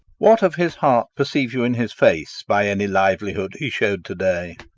what of his heart perceive you in his face by any livelihood he showed to-day?